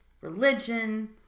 religion